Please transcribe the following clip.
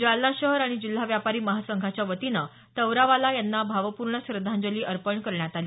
जालना शहर आणि जिल्हा व्यापारी महासंघाच्यावतीने तवरावाला यांनी भावपूर्ण श्रध्दांजली अर्पण करण्यात आली